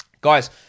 Guys